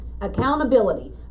Accountability